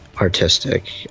artistic